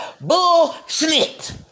bullshit